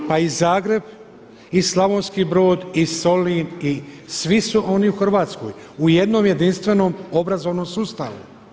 Pa i Zagreb, i Slavonski Brod, i Solin, i svi su oni u Hrvatskoj u jednom jedinstvenom obrazovnom sustavu.